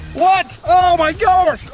what? oh my gosh!